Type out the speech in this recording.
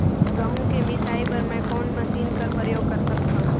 गहूं के मिसाई बर मै कोन मशीन कर प्रयोग कर सकधव?